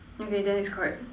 okay then it's correct